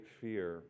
fear